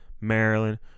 Maryland